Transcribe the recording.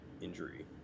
injury